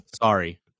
sorry